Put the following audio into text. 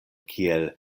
kiel